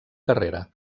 carrera